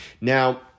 Now